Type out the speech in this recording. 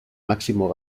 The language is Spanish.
máximo